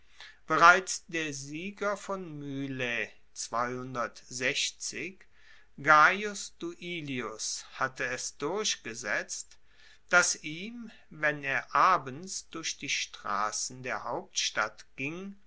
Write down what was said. bereits der sieger von mylae gaius duilius hatte es durchgesetzt dass ihm wenn er abends durch die strassen der hauptstadt ging